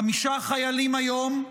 חמישה חיילים היום,